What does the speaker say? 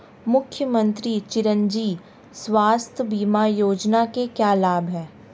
मुख्यमंत्री चिरंजी स्वास्थ्य बीमा योजना के क्या लाभ हैं?